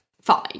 fine